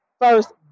first